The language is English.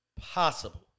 Possible